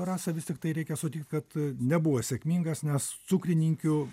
rasa vis tiktai reikia sutikt kad nebuvo sėkmingas nes cukrininkių